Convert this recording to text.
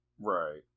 Right